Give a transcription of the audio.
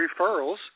referrals